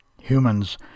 Humans